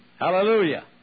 Hallelujah